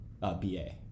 BA